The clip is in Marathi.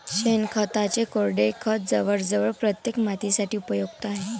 शेणखताचे कोरडे खत जवळजवळ प्रत्येक मातीसाठी उपयुक्त आहे